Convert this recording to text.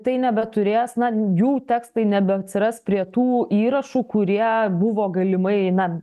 tai nebeturės na jų tekstai nebeatsiras prie tų įrašų kurie buvo galimai na